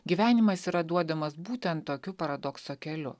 gyvenimas yra duodamas būtent tokiu paradokso keliu